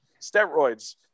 steroids